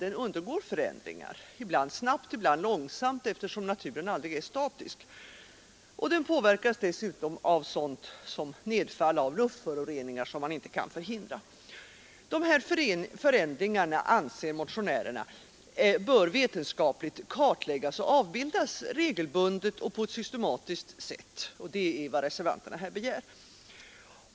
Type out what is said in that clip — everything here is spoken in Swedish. Den undergår förändringar, ibland snabbt, ibland långsamt, eftersom naturen aldrig är statisk. Den påverkas dessutom av sådant som nedfall av luftföroreningar, som man inte kan förhindra. Dessa förändringar anser motionärerna bör vetenskapligt kartläggas och avbildas regelbundet och på ett systematiskt sätt, och det är vad reservanterna begär.